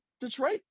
Detroit